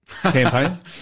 campaign